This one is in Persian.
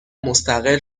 مستقل